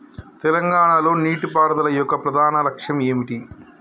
తెలంగాణ లో నీటిపారుదల యొక్క ప్రధాన లక్ష్యం ఏమిటి?